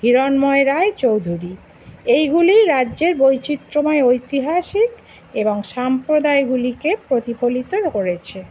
হিরণ্ময় রায় চৌধুরী এইগুলি রাজ্যের বৈচিত্র্যময় ঐতিহাসিক এবং সম্প্রদায়গুলিকে প্রতিফলিত করেছে